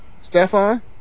Stefan